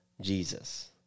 Jesus